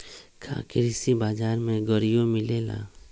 का कृषि बजार में गड़ियो मिलेला?